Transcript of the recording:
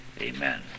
Amen